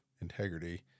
integrity